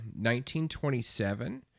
1927